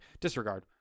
Disregard